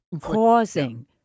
causing